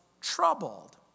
troubled